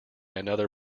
another